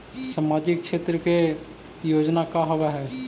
सामाजिक क्षेत्र के योजना का होव हइ?